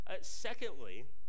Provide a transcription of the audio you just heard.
Secondly